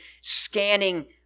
scanning